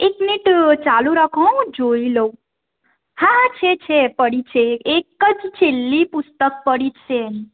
એક મિનીટ ચાલુ રાખો હો હું જોઈ લઉં હા હા છે છે પડીજ છે એક જ છેલ્લી પુસ્તક પડી છે એની